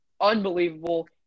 unbelievable